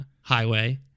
highway